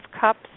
Cups